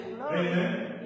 Amen